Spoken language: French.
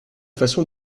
façon